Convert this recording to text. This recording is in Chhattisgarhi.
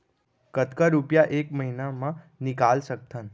कतका रुपिया एक महीना म निकाल सकथन?